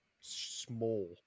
small